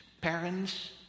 Parents